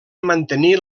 mantenir